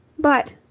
but.